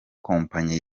kompanyi